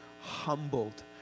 humbled